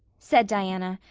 said diana,